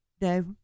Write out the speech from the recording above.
No